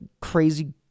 crazy